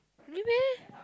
really meh